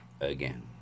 again